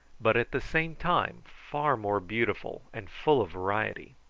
but at the same time far more beautiful and full of variety.